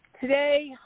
Today